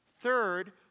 Third